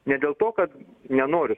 ne dėl to kad nenori